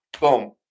boom